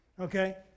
Okay